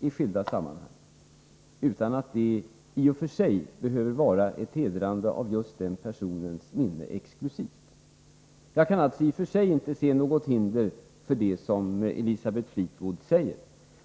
iskilda sammanhang, utan att det behöver innebära ett hedrande av just den personens minne exklusivt. Jag kan alltså i och för sig inte se något hinder för det som Elisabeth Fleetwood föreslår.